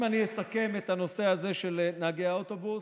אם אני אסכם את הנושא הזה של נהגי האוטובוס,